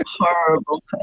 horrible